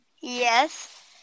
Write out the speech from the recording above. yes